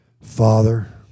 Father